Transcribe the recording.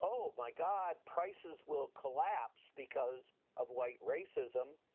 oh my god, prices will collapse because of white racism.